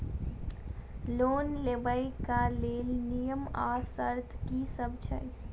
Loan लेबऽ कऽ लेल नियम आ शर्त की सब छई?